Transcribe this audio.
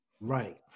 Right